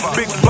big